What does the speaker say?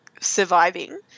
surviving